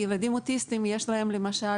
ילדים אוטיסטים למשל